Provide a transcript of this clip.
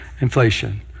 inflation